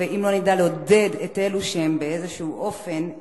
אם לא נדע לעודד את אלו שהם באיזשהו אופן,